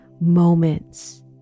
moments